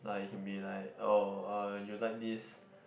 like it can be like oh uh you like this